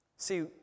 See